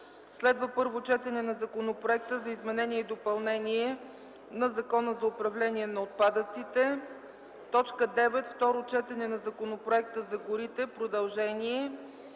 8. Първо четене на Законопроекта за изменение и допълнение на Закона за управление на отпадъците. 9. Второ четене на Законопроекта за горите – продължение.